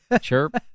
chirp